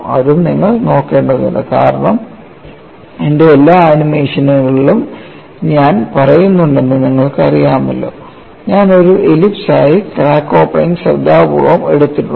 അതും നിങ്ങൾ നോക്കേണ്ടതുണ്ട് കാരണം എന്റെ എല്ലാ ആനിമേഷനുകളിലും ഞാൻ പറയുന്നുണ്ടെന്ന് നിങ്ങൾക്കറിയാമല്ലോ ഞാൻ ഒരു എലിപ്സ് ആയി ക്രാക്ക് ഓപ്പണിംഗ് ശ്രദ്ധാപൂർവ്വം എടുത്തിട്ടുണ്ട്